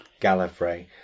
Gallifrey